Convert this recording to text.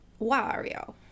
Wario